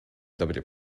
dobry